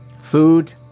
food